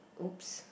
!oops!